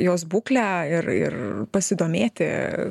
jos būklę ir ir pasidomėti